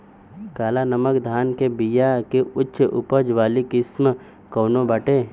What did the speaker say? काला नमक धान के बिया के उच्च उपज वाली किस्म कौनो बाटे?